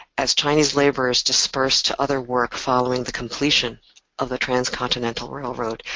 as chinese laborers dispersed to other work following the completion of the transcontinental railroad,